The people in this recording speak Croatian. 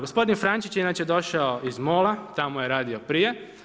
Gospodin Frančić je inače došao iz MOL-a, tamo je radio prije.